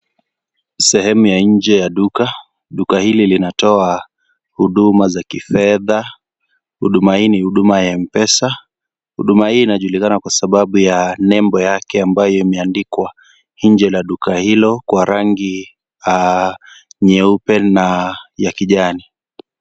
Sehemu ya nje ya duka, duka hili linatoa huduma za kifedha, huduma hii ni huduma ya Mpesa. Huduma hii inajulikana kwa sababu ya nembo yake ambayo imeandikwa nje ya duka hilo kwa rangi nyeupe na ya kijani.